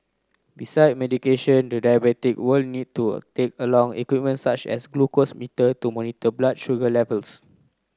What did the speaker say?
besides medication the diabetic will need to take along equipment such as a glucose meter to monitor blood sugar levels